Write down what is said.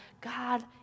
God